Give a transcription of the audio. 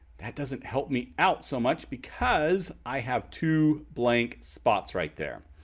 that doesn't help me out so much because i have two blank spots right there.